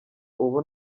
ubu